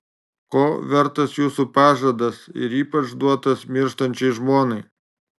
ko vertas jūsų pažadas ir ypač duotas mirštančiai žmonai